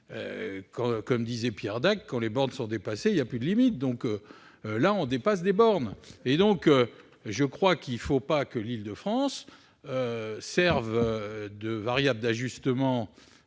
Comme disait Pierre Dac, quand les bornes sont dépassées, il n'y a plus de limites ! Ah ! Là, on dépasse les bornes. Il ne faut pas que l'Île-de-France serve de variable d'ajustement